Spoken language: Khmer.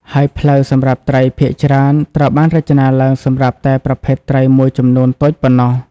ហើយផ្លូវសម្រាប់ត្រីភាគច្រើនត្រូវបានរចនាឡើងសម្រាប់តែប្រភេទត្រីមួយចំនួនតូចប៉ុណ្ណោះ។